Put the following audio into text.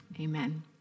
Amen